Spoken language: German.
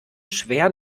schwer